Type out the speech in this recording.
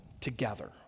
together